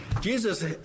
Jesus